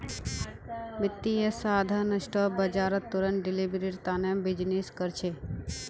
वित्तीय साधन स्पॉट बाजारत तुरंत डिलीवरीर तने बीजनिस् कर छे